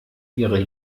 ihre